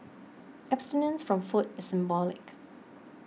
abstinence from food is symbolic